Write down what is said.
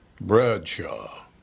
Bradshaw